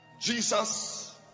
Jesus